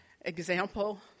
example